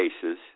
cases